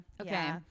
okay